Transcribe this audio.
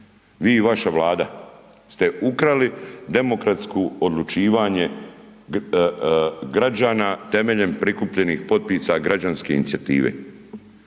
vi i vaša Vlada ste ukrali demokratsko odlučivanje građana temeljem prikupljenih potpisa građanske inicijative.